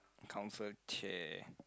council chair